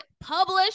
publish